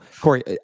Corey